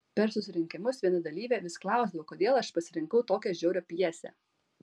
per susirinkimus viena dalyvė vis klausdavo kodėl aš pasirinkau tokią žiaurią pjesę